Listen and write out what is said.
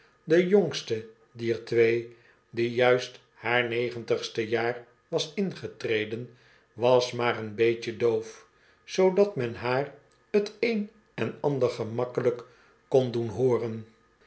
de jongste dier twee die juist haar negentigste jaar was ingetreden was maar een beetje doof zoodat men haar t een en ander gemakkelijk kon doen hooren